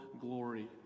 glory